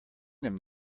them